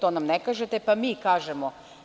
To nam ne kažete, pa mi kažemo.